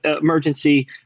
emergency